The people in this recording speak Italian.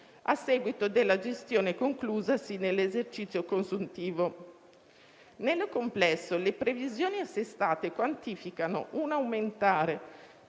a seguito della gestione conclusasi nell'esercizio consuntivo. Nel complesso, le previsioni assestate quantificano un aumento